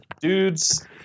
Dudes